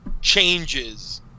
changes